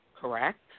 correct